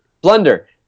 Blunder